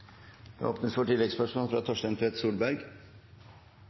Det åpnes for oppfølgingsspørsmål – først Torstein Tvedt Solberg.